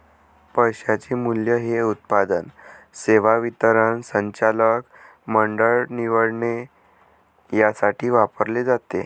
पैशाचे मूल्य हे उत्पादन, सेवा वितरण, संचालक मंडळ निवडणे यासाठी वापरले जाते